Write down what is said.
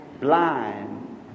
blind